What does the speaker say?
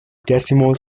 decimal